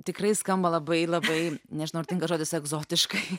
tikrai skamba labai labai nežinau ar tinka žodis egzotiškai